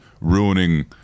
ruining